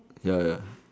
ya ya